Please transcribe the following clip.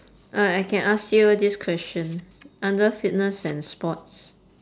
uh I can ask you this question under fitness and sports